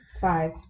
Five